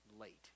late